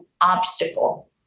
obstacle